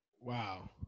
Wow